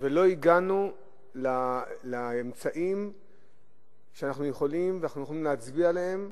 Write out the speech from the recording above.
ולא הגענו לאמצעים שאנחנו יכולים להצביע עליהם,